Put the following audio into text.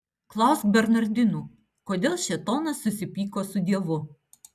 klausk bernardinų kodėl šėtonas susipyko su dievu